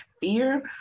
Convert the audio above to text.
fear